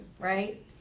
right